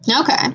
Okay